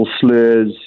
slurs